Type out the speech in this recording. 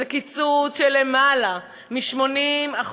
זה קיצוץ של למעלה מ-80%.